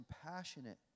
compassionate